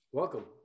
welcome